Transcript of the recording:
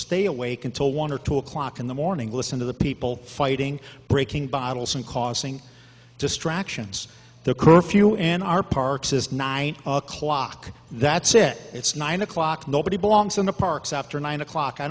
stay awake until one or two o'clock in the morning listen to the people fighting breaking bottles and causing distractions the curfew in our parks is nine o'clock that's it it's nine o'clock nobody belongs in the parks after nine o'clock i